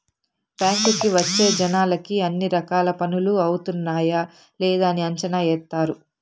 బ్యాంకుకి వచ్చే జనాలకి అన్ని రకాల పనులు అవుతున్నాయా లేదని అంచనా ఏత్తారు